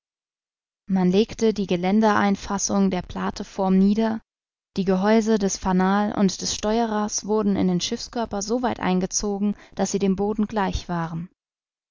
man legte die geländereinfassung der plateform nieder die gehäuse des fanal und des steuerers wurden in den schiffskörper so weit eingezogen daß sie dem boden gleich waren